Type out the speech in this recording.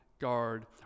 guard